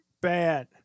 bad